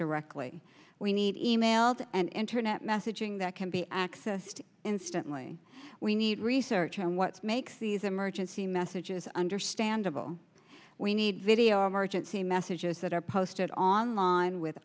directly we need emails and internet messaging that can be accessed instantly we need research on what makes these emergency messages understandable we need video emergency messages that are posted online with